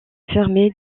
fermée